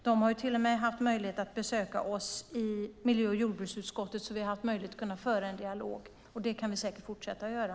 De har till och med haft möjlighet att besöka oss i miljö och jordbruksutskottet och föra en dialog med oss. Det kan vi säkert fortsätta att göra.